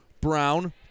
Brown